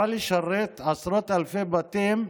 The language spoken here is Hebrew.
בא לשרת עשרות אלפי בתים,